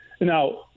now